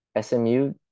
SMU